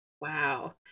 Wow